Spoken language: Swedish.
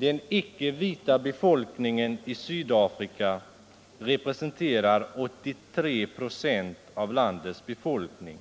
Den icke vita befolkningen i Sydafrika representerar 83 96 av landets befolkning.